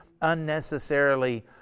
unnecessarily